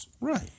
Right